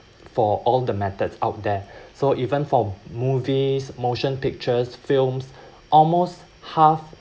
for all the methods out there so even for movies motion pictures films almost half